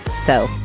so,